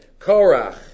Korach